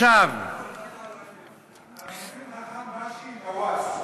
אנחנו רוצים חכם באשי עם קוואס.